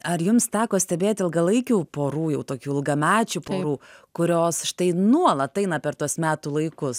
ar jums teko stebėti ilgalaikių porų jau tokių ilgamečių porų kurios štai nuolat eina per tuos metų laikus